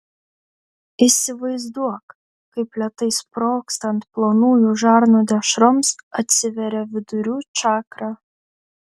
įsivaizduok kaip lėtai sprogstant plonųjų žarnų dešroms atsiveria vidurių čakra